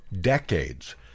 decades